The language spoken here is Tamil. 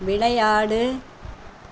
விளையாடு